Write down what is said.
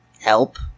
help